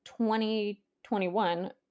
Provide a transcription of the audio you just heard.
2021